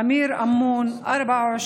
אמיר אמון, בן 24,